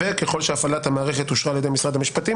וככל שהפעלת המערכת אושרה על ידי משרד המשפטים,